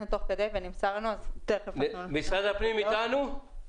משרד הפנים אתנו?